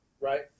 Right